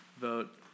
vote